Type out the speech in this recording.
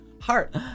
heart